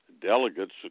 delegates